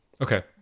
okay